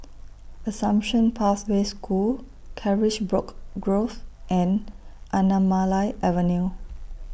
Assumption Pathway School Carisbrooke Grove and Anamalai Avenue